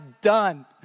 done